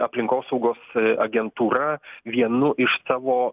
aplinkosaugos agentūra vienu iš savo